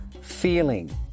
feeling